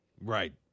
right